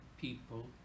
people